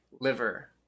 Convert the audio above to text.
liver